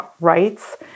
rights